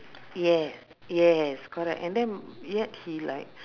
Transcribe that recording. yeah yes correct and then yet he like